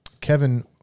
Kevin